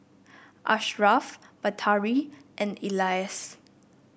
Ashraf Batari and Elyas